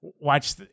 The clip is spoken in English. watch